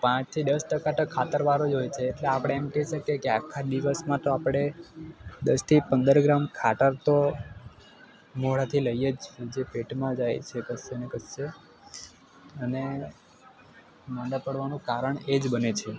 પાંચથી દસ ટકા તો ખાતરવાળું જ હોય છે એટલે આપણે એમ કહી શકીએ કે આખા દિવસમાં તો આપણે દસથી પંદર ગ્રામ ખાતર તો મોઢાથી લઈએ જ છે જે પેટમાં જાય છે કશે ને કશે અને માંદા પડવાનું કારણ એ જ બને છે